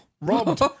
Robbed